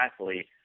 athlete